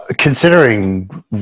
Considering